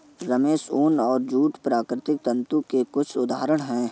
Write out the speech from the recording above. रेशम, ऊन और जूट प्राकृतिक तंतु के कुछ उदहारण हैं